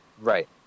Right